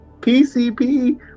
PCP